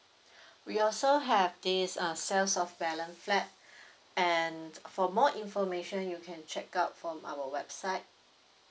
we also have this uh sales of balance flat and for more information you can check out from our website